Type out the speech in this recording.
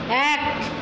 এক